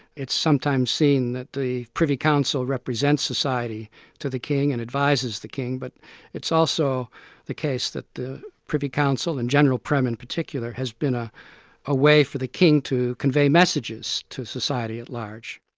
it's sometimes seen that the privy council represents society to the king, and advises the king, but it's also the case that the privy council and general prem in particular has been a ah way for the king to convey messages to society at large.